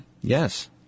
Yes